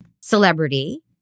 celebrity